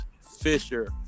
Fisher